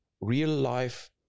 real-life